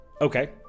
Okay